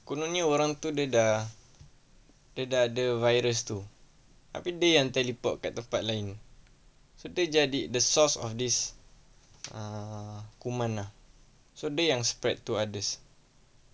kononnya orang tu dia dah dia dah ada virus tu tapi dia yang teleport ke tempat lain so dia jadi the source of this err kuman lah so dia yang spread to others